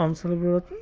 অঞ্চলবোৰত